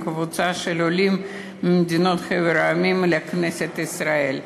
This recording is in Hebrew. עם קבוצה של עולים מחבר המדינות לכנסת ישראל.